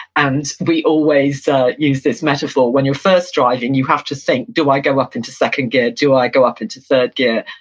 and we always use this metaphor, when you're first driving you have to think, do i go up into second gear? do i go up into third gear?